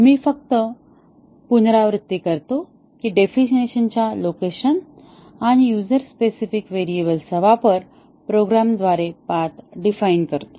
मी फक्त पुनरावृत्ती करतो की डेफिनिशन च्या लोकेशन आणि युझर स्पेसिफिक व्हेरिएबल्सचा वापर प्रोग्रामद्वारे पाथ डिफाइन करतो